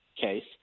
case